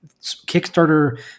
Kickstarter